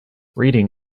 reading